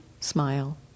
smile